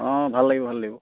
অঁ ভাল লাগিব ভাল লাগিব